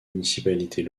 municipalités